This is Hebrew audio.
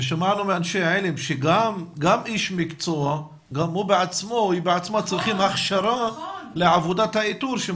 ושמענו מאנשי עלם שגם איש מקצוע בעצמו צריך הכשרה לעבודת האיתור.